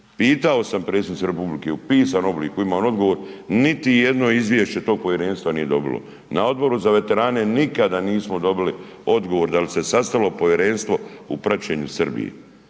Pitao sam predsjednici republike u pisanom obliku imam odgovor, niti jedno izvješće tog povjerenstvo nije dobilo. Na Odboru za veterane nikada nismo dobili odgovor da li se sastalo povjerenstvo u praćenju Srbiji